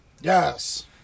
Yes